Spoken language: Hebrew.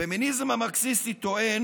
הפמיניזם המרקסיסטי טוען